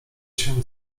się